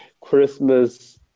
Christmas